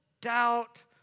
doubt